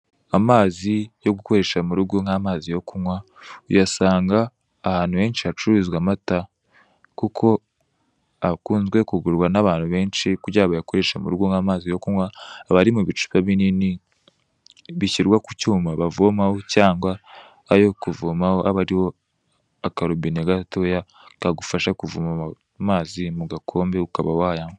Amazi yo gukoresha mu rugo nk'amazi yo kunywa, uyasanga ahantu henshi hacururizwa amata kuko akunze kugurwa n'abantu benshi kugira bayakoreshe nk'amazi yo kunywa, aba ari mu bicupa binini bishyirwa ku cyuma bavomaho cyangwa ayo kuvomaho, aba ariho akarobine gatoya kagufasha kuvoma amazi mu gakombe ukaba wayanywa.